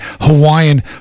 Hawaiian